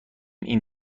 این